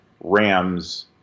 Rams